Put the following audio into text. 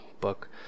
book